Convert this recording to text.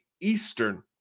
Eastern